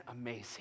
amazing